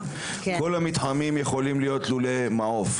כל המתחמים יכולים להיות לולי מעוף,